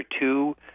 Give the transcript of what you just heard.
two